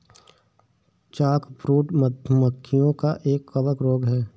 chalkbrood, मधु मक्खियों का एक कवक रोग है